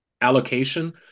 allocation